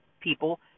people